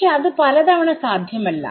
പക്ഷേ അതു പലതവണ സാധ്യമല്ല